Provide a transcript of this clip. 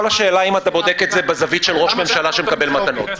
כל השאלה היא אם אתה בודק את זה מהזווית של ראש ממשלה שמקבל מתנות.